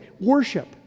Worship